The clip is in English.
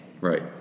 Right